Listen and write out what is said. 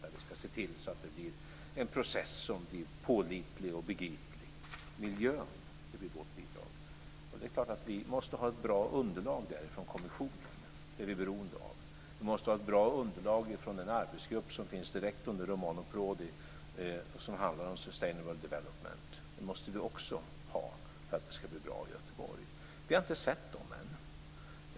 Vi ska se till att det blir en process som blir pålitlig och begriplig. Miljön blir vårt bidrag. Det är klart att vi måste ha ett bra underlag från kommissionen. Det är vi beroende av. Vi måste ha ett bra underlag från den arbetsgrupp som finns direkt under Romano Prodi, som handlar om sustainable development, för att det ska bli bra i Göteborg. Vi har inte sett dem än.